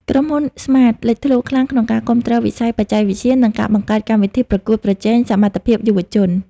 ក្រុមហ៊ុន ស្មាត (Smart) លេចធ្លោខ្លាំងក្នុងការគាំទ្រវិស័យបច្ចេកវិទ្យា និងការបង្កើតកម្មវិធីប្រកួតប្រជែងសមត្ថភាពយុវជន។